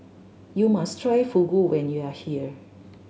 you must try Fugu when you are here